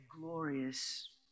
glorious